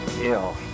ill